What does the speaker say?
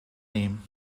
name